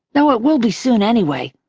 though it will be soon anyway,